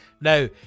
now